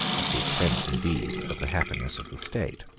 at the expense, indeed, of the happiness of the state.